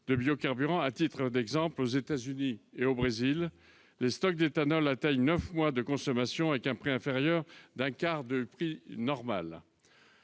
de biocarburants. À titre d'exemple, aux États-Unis et au Brésil, les stocks d'éthanol atteignent neuf mois de consommation, avec un prix inférieur d'un quart à la normale.